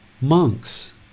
Monks